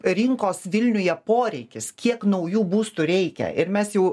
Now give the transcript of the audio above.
rinkos vilniuje poreikis kiek naujų būstų reikia ir mes jau